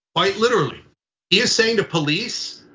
quite literally. he is saying to police,